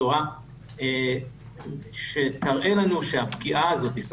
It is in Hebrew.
בצורה שתראה לנו שהפגיעה הזאת,